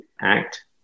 act